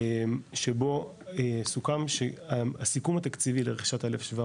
שבו סוכם שהסיכום התקציבי לרכישת 1,700